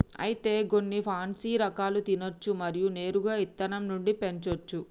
అయితే గొన్ని పాన్సీ రకాలు తినచ్చు మరియు నేరుగా ఇత్తనం నుండి పెంచోచ్చు